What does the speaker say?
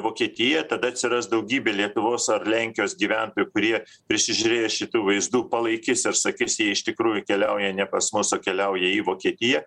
vokietiją tada atsiras daugybė lietuvos ar lenkijos gyventojų kurie prisižiūrėję šitų vaizdų palaikys ir sakys jie iš tikrųjų keliauja ne pas mus o atkeliauja į vokietiją